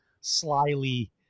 slyly